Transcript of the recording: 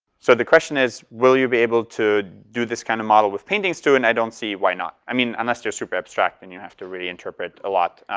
so the question is, will you be able to do this kind of model with paintings, too? and i don't see why not. i mean unless they're super abstract and you have to really interpret a lot.